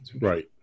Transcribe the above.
right